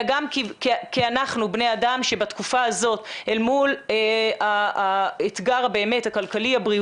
אלא גם כי אנחנו בני אדם שבתקופה זאת אל מול האתגר הבאמת הבריאותי,